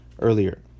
earlier